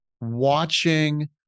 watching